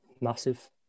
Massive